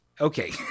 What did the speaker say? Okay